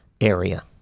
area